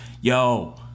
yo